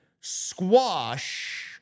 squash